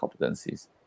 competencies